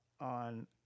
On